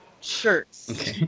shirts